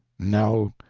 no,